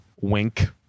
Wink